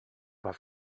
was